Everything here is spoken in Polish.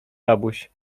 rabuś